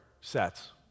sets